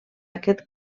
aquest